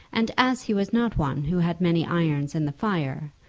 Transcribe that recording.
and as he was not one who had many irons in the fire,